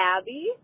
Abby